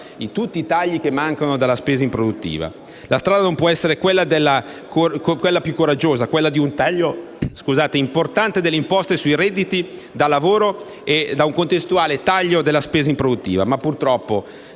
a tutti i mancati tagli alla spesa improduttiva). La strada non può che essere quella coraggiosa di un taglio importante delle imposte sui redditi da lavoro e un contestuale taglio della spesa improduttiva. Ma, purtroppo,